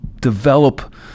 develop